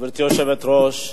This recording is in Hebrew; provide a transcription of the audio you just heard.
גברתי היושבת-ראש,